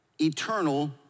eternal